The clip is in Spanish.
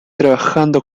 trabajando